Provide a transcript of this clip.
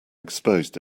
exposed